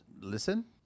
listen